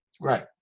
right